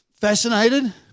fascinated